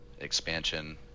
expansion